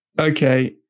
okay